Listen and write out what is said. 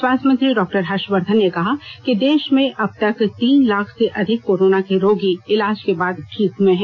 स्वास्थ्य मंत्री डॉक्टर हर्षवर्धन ने कहा कि देश में अब तक तीन लाख से अधिक कोरोना के रोगी इलाज के बाद ठीक हुए हैं